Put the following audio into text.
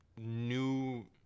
new